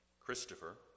Christopher